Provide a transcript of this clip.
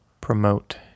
promote